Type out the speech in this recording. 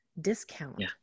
discount